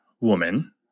woman